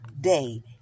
day